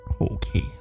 Okay